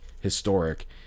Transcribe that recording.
historic